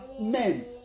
men